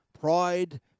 pride